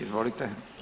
Izvolite.